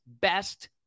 best